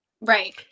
Right